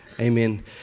Amen